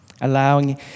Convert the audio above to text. allowing